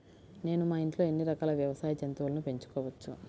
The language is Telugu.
నేను మా ఇంట్లో ఎన్ని రకాల వ్యవసాయ జంతువులను పెంచుకోవచ్చు?